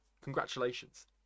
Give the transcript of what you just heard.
Congratulations